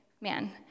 man